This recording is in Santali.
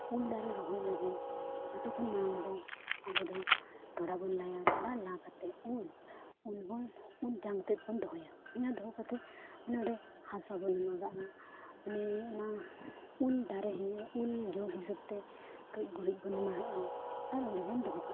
ᱩᱞ ᱫᱟᱨᱮ ᱨᱚᱦᱚᱭ ᱞᱟᱹᱜᱤᱫ ᱡᱚᱛᱚ ᱠᱷᱚᱱ ᱢᱟᱲᱟᱝ ᱫᱚ ᱟᱵᱚ ᱫᱚ ᱰᱷᱚᱲᱟ ᱵᱚᱱ ᱞᱟᱹᱭᱟ ᱰᱷᱚᱲᱟ ᱞᱟ ᱠᱟᱛᱮᱫ ᱩᱞ ᱩᱞ ᱵᱚᱱ ᱩᱞ ᱡᱟᱝ ᱛᱮᱫ ᱵᱚᱱ ᱫᱚᱦᱚᱭᱟ ᱚᱱᱟ ᱫᱚᱦᱚ ᱠᱟᱛᱮ ᱚᱸᱰᱮ ᱦᱟᱥᱟ ᱵᱚᱱ ᱮᱢᱟᱜᱼᱟ ᱢᱟᱱᱮ ᱚᱱᱟ ᱩᱞ ᱫᱟᱨᱮ ᱨᱮᱱᱟᱜ ᱩᱞ ᱡᱚ ᱦᱤᱥᱟᱹᱵ ᱛᱮ ᱠᱟᱹᱡ ᱜᱩᱨᱤᱡ ᱵᱚᱱ ᱮᱢᱟᱜᱼᱟ ᱟᱨ ᱚᱸᱰᱮ ᱵᱚᱱ ᱫᱚᱦᱚ ᱠᱟᱜᱼᱟ